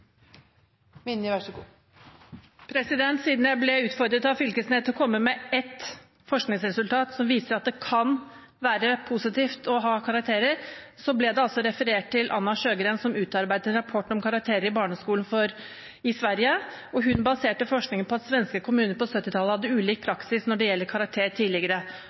Siden jeg ble utfordret av Knag Fylkesnes til å komme med ett forskningsresultat som viser at det kan være positivt å ha karakterer, ble det altså referert til Anna Sjögren, som utarbeidet en rapport om karakterer i barneskolen i Sverige. Hun baserte forskningen på at svenske kommuner på 1970-tallet hadde ulik praksis når det